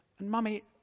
Mummy